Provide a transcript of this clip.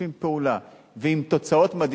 משתפים פעולה,